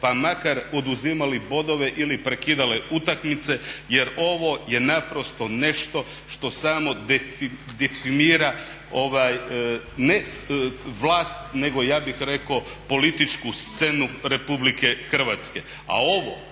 pa makar oduzimali bodove ili se prekidale utakmice jer ovo je naprosto nešto što samo …/Govornik se ne razumije./… ne vlast nego ja bih rekao političku scenu RH.